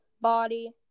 body